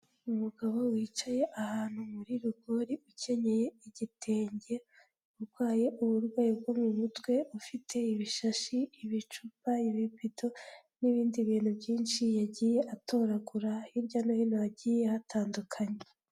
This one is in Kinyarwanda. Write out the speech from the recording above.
Umugabo wicaye ahantu muri rigori, ukenyeye igitenge, urwaye uburwayi bwo mu mutwe, ufite ibishashi, ibicupa, ibibido n'ibindi bintu byinshi yagiye atoragura hirya no hino hagiye hatandukanye.